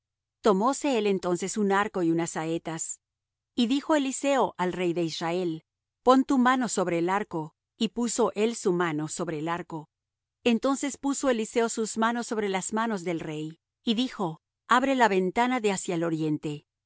saetas tomóse él entonces un arco y unas saetas y dijo eliseo al rey de israel pon tu mano sobre el arco y puso él su mano sobre el arco entonces puso eliseo sus manos sobre las manos del rey y dijo abre la ventana de hacia el oriente